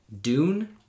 Dune